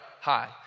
hi